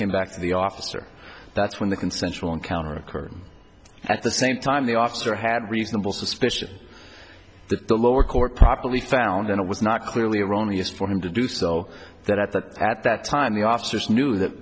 came back to the officer that's when the consensual encounter occurred at the same time the officer had reasonable suspicion that the lower court properly found it was not clearly erroneous for him to do so that at that at that time the officers knew that